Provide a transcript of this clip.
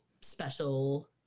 special